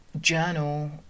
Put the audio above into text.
journal